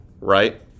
right